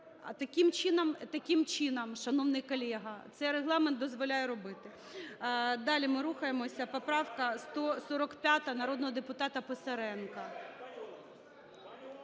таким чином, шановний колега, це Регламент дозволяє робити. Далі ми рухаємося. Поправка 145, народного депутата Писаренка.